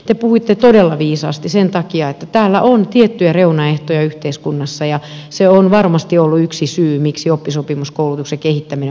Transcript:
te puhuitte todella viisaasti sen takia että täällä on tiettyjä reunaehtoja yhteiskunnassa ja se on varmasti ollut yksi syy miksi oppisopimuskoulutuksen kehittäminen on ollut vaikeata